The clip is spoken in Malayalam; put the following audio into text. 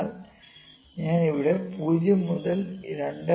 എന്നാൽ ഞാൻ ഇവിടെ 0 മുതൽ 2